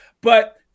But-